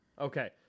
Okay